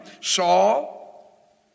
Saul